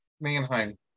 Mannheim